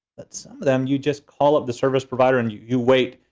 but some of them, you just call up the service provider and you you wait.